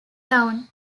town